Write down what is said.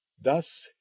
thus